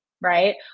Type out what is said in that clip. right